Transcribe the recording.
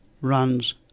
runs